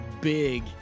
big